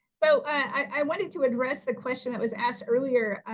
so i wanted to address, the question that was asked earlier,